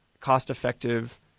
cost-effective